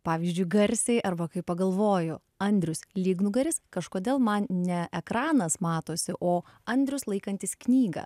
pavyzdžiui garsiai arba kai pagalvoju andrius lygnugaris kažkodėl man ne ekranas matosi o andrius laikantis knygą